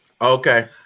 Okay